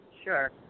Sure